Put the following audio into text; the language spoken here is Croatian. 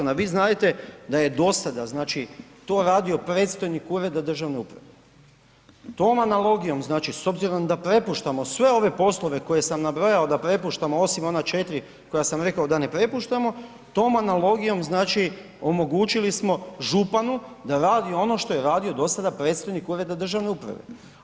Što se tiče zakona, vi znadete da je do sada to radio predstojnik ureda državne uprave i tom analogijom znači s obzirom da prepuštamo sve ove poslove koje sam nabrojao, da prepuštamo osim ona 4 koja sam rekao da ne prepuštamo, tom analogijom omogućili smo županu da radi ono što je radio do sada predstojnik ureda državne uprave.